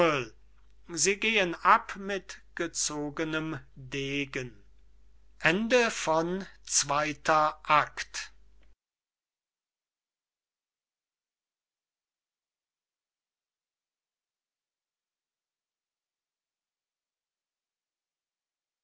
sie gehen ab mit gezogenem degen